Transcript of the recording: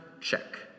Check